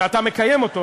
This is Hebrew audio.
ואתה מקיים אותו,